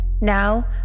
Now